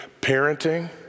Parenting